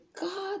God